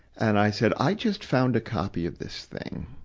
and i said, i just found a copy of this thing.